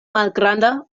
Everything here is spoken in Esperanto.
malgranda